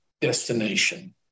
destination